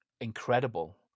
incredible